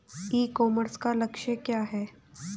ई commerce का लक्ष्य क्या है?